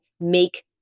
make